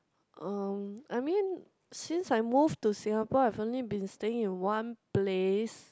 um I mean since I move to Singapore I've only been staying in one place